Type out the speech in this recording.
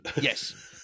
Yes